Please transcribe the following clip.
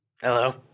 Hello